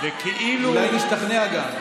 ואולי גם נשתכנע.